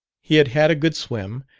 he had had a good swim,